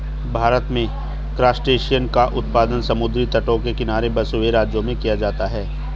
भारत में क्रासटेशियंस का उत्पादन समुद्री तटों के किनारे बसे हुए राज्यों में किया जाता है